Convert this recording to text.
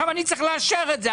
אנחנו צריכים לאשר את זה.